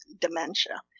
dementia